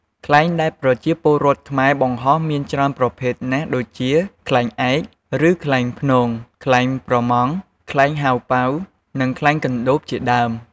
ខ្លែងដែលប្រជាពលរដ្ឋខ្មែរបង្ហើរមានច្រើនប្រភេទណាស់ដូចជា ខ្លែងឯក ឬខ្លែងព្នង ខ្លែងប្រម៉ង់ ខ្លែងហៅប៉ៅ និងខ្លែងកណ្តូង ជាដើម។